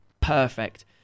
perfect